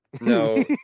No